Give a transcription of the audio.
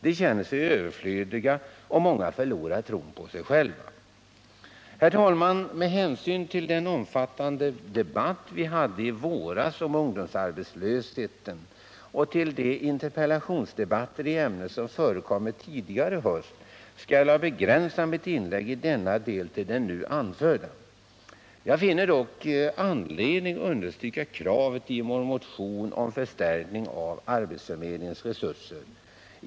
De känner sig överflödiga, och många förlorar tron på sig själva. Herr talman! Med hänsyn till den omfattande debatt vi hade i våras om ungdomsarbetslösheten och till de interpellationsdebatter i ämnet som förekommit tidigare i höst skall jag begränsa mitt inlägg i denna del till det nu anförda. Jag finner dock anledning att understryka kravet i vår motion på förstärkning av arbetsförmedlingens resurser.